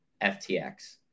FTX